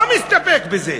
ולא מסתפק בזה.